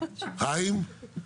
חיים?